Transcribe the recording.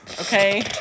Okay